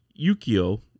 Yukio